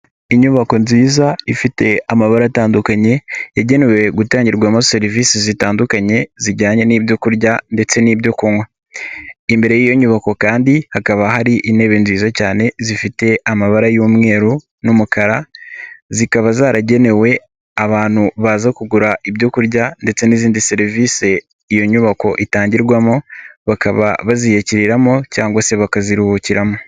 Inyubako nziza, ifite amabara atandukanye, yagenewe gutangirwamo serivisi zitandukanye, zijyanye n'ibyoku kurya ndetse n'ibyo kunywa, imbere y'iyo nyubako kandi hakaba hari intebe nziza cyane, zifite amabara y'umweru n'umukara, zikaba zaragenewe abantu baza kugura ibyoku kurya ndetse n'izindi serivisi iyo nyubako itangirwamo, bakaba baziyakiriramo cyangwa se bakaziruhukiramo.